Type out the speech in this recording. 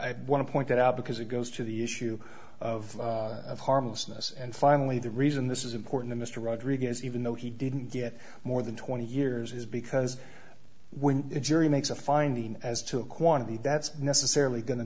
want to point that out because it goes to the issue of harmlessness and finally the reason this is important to mr rodriguez even though he didn't get more than twenty years is because when the jury makes a finding as to a quantity that's necessarily going to